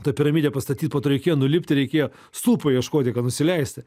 tą piramidę pastatyt po to reikėjo nulipti reikėjo stulpo ieškoti kad nusileisti